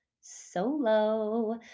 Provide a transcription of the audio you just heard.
solo